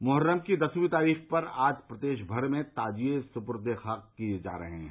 मोहर्रम की दसवीं तारीख पर आज प्रदेश भर में ताजिए सुपर्द ए खाक किए जा रहे हैं